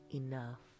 enough